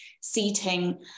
seating